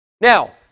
Now